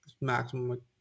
maximum